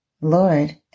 Lord